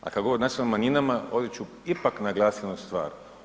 A kad govorimo o nacionalnim manjinama, ovdje ću ipak naglasiti jednu stvar.